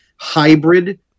hybrid